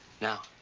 now,